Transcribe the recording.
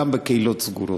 גם בקהילות סגורות.